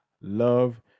love